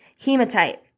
Hematite